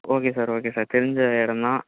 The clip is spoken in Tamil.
ஓகே சார் ஓகே சார் தெரிஞ்ச இடந்தான்